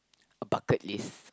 a bucket list